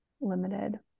limited